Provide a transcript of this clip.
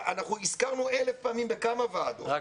הזכרנו אלף פעמים בכמה ועדות --- רק